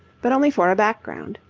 but only for a background.